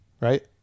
Right